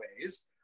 ways